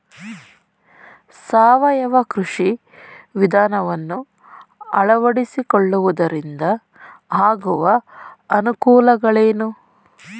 ಸಾವಯವ ಕೃಷಿ ವಿಧಾನವನ್ನು ಅಳವಡಿಸಿಕೊಳ್ಳುವುದರಿಂದ ಆಗುವ ಅನುಕೂಲಗಳೇನು?